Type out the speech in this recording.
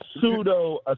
pseudo